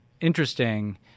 interesting